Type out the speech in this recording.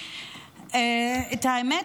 האמת,